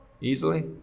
easily